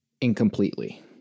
incompletely